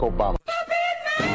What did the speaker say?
Obama